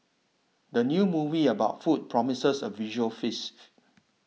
the new movie about food promises a visual feast